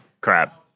crap